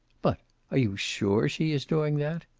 but are you sure she is doing that?